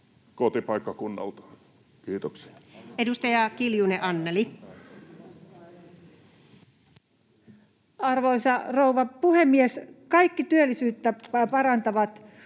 kotipaikkakunnaltaan. — Kiitoksia. Edustaja Kiljunen, Anneli. Arvoisa rouva puhemies! Kaikki työllisyyttä parantavat